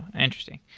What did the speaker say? interesting.